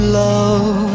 love